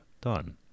done